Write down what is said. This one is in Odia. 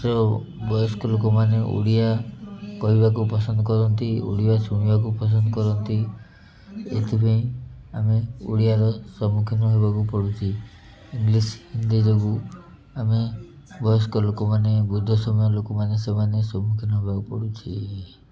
ବୟସ୍କ ଲୋକମାନେ ଓଡ଼ିଆ କହିବାକୁ ପସନ୍ଦ କରନ୍ତି ଓଡ଼ିଆ ଶୁଣିବାକୁ ପସନ୍ଦ କରନ୍ତି ଏଥିପାଇଁ ଆମେ ଓଡ଼ିଆର ସମ୍ମୁଖୀନ ହେବାକୁ ପଡ଼ୁଛି ଇଂଗ୍ଲିଶ୍ ହିନ୍ଦୀ ଯୋଗୁଁ ଆମେ ବୟସ୍କ ଲୋକମାନେ ବୃଦ୍ଧ ସମୟ ଲୋକମାନେ ସେମାନେ ସମ୍ମୁଖୀନ ହେବାକୁ ପଡ଼ୁଛି